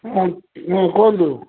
ହଁ କୁହନ୍ତୁ